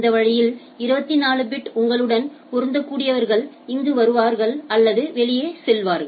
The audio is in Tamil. இந்த வழியில் 24 பிட் உங்களுடன் பொருந்தக்கூடியவர்கள் இங்கு வருவார்கள் அல்லது வெளியே செல்வார்கள்